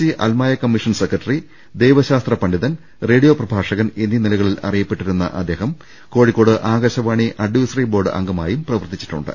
C അൽമായ commission secretary ദൈവശാസ്ത്ര പണ്ഡിതൻ റേഡിയോ പ്രഭാഷകൻ എന്നീ നിലകളിൽ അറിയപ്പെടുന്ന അദ്ദേഹം Kozhikode Akashvani advisory board അംഗമായും പ്രവർത്തിച്ചി ട്ടുണ്ട്